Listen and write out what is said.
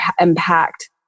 impact